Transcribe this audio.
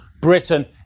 Britain